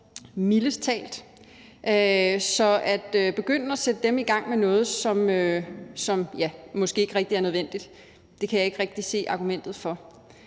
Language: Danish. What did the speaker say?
med. Så at begynde at sætte dem i gang med noget, som måske ikke rigtig er nødvendigt, kan jeg ikke rigtig se argumentet for.